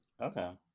okay